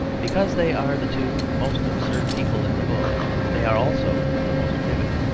because they are the two most absurd people in the book they are also the most vivid,